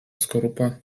skorupa